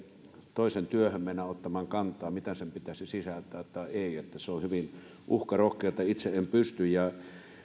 toisen työhön mennä ottamaan kantaa mitä sen pitäisi sisältää tai ei se on hyvin uhkarohkeata itse en pysty siihen